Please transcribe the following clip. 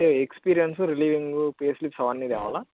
అంటే experience relieving payslips అవన్నీ కావాలా